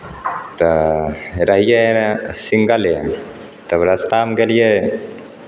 तऽ रहियै रहए सिंगले तब रस्तामे गेलियै